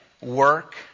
work